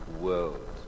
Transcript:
world